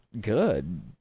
good